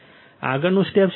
આગળનું સ્ટેપ શું છે